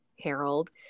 Harold